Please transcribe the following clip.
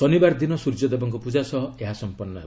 ଶନିବାର ଦିନ ସୂର୍ଯ୍ୟଦେବଙ୍କ ପୂଜା ସହ ଏହା ସମ୍ପନ୍ନ ହେବ